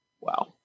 Wow